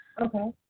Okay